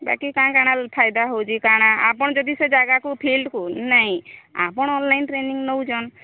ବାକି କାଣ କାଣ ଫାଇଦା ହେଉଛି କାଣ ଆପଣ ଯଦି ସେ ଜାଗାକୁ ଫିଲ୍ଡକୁ ନାଇଁ ଆପଣ ଅନ୍ଲାଇନ୍ ଟ୍ରେନିଂ ନଉଛନ୍